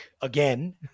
again